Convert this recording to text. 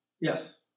yes